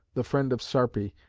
the friend of sarpi,